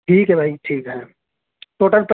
ٹھیک ہے بھائی ٹھیک ہے ٹوٹل تو